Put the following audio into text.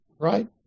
right